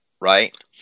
right